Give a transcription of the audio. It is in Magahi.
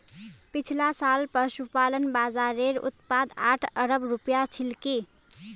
पिछला साल पशुपालन बाज़ारेर उत्पाद आठ अरब रूपया छिलकी